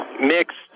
mixed